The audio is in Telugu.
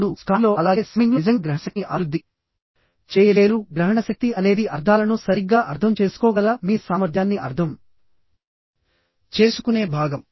ఇప్పుడుస్కానింగ్లో అలాగే స్కిమ్మింగ్లో మీరు నిజంగా గ్రహణశక్తిని అభివృద్ధి చేయలేరు గ్రహణశక్తి అనేది అర్థాలను సరిగ్గా అర్థం చేసుకోగల మీ సామర్థ్యాన్ని అర్థం చేసుకునే భాగం